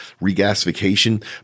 regasification